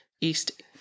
East